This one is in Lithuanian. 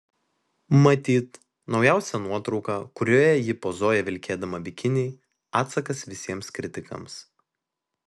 matyt naujausia nuotrauka kurioje ji pozuoja vilkėdama bikinį atsakas visiems kritikams